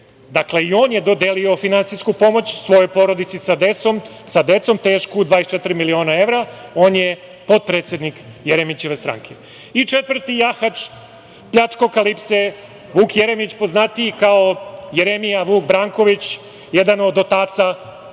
Dakle, i on je dodelio finansijsku pomoć svojoj porodici sa decom, tešku 24 miliona evra. On je potpredsednik Jeremićeve stranke. Četvrti jahač pljačkokalipse Vuk Jeremić, poznatiji kao Jeremija Vuk Branković, jedan od očeva lažne